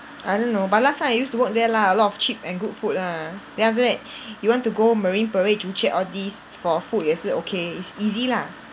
I don't know but last time I used to work there lah a lot of cheap and good food lah then after that you want to go Marine Parade Joo Chiat all these for food 也是 okay it's easy lah